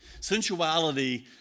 Sensuality